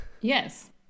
Yes